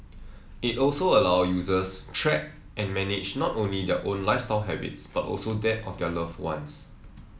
it also allow users track and manage not only their own lifestyle habits but also that of their loved ones